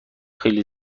خیلی